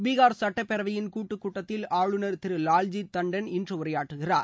பீஹார் சட்டப்பேரவையின் கூட்டு கூட்டத்தில் ஆளுநர் திரு லால்ஜி தாண்டன் இன்று உரையாற்றுகிறார்